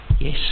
yes